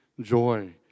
joy